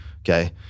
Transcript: Okay